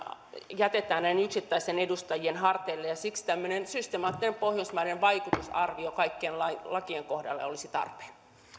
jätetään vain näiden yksittäisten edustajien harteille siksi tämmöinen systemaattinen pohjoismaiden vaikutusarvio kaikkien lakien kohdalla olisi tarpeen